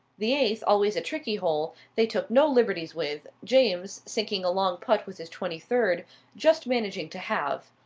the eighth, always a tricky hole, they took no liberties with, james, sinking a long putt with his twenty-third, just managing to halve.